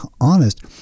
honest